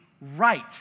right